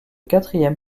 quatrième